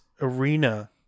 arena